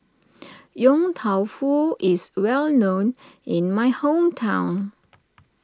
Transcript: Yong Tau Foo is well known in my hometown